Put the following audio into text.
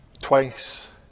twice